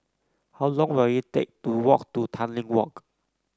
how long will it take to walk to Tanglin Walk